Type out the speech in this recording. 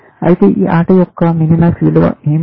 అయితే ఈ ఆట యొక్క మినిమాక్స్ విలువ ఏమిటి